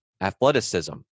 athleticism